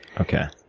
okay.